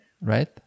Right